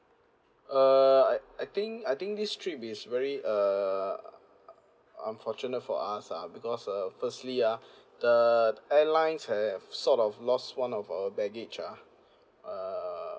err I I think I think this trip is very uh err unfortunate for us ah because uh firstly ah the airlines have sort of lost one of our baggage ah err